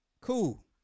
Cool